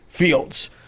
Fields